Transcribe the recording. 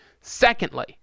Secondly